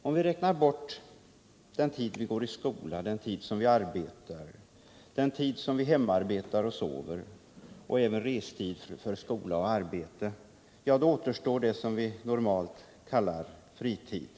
Om vi räknar bort den tid vi går i skola, den tid som vi arbetar, den tid som vi hemarbetar och sover och även restid för skola och arbete, då återstår det som vi normalt kallar fritid.